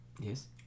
Yes